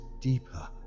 deeper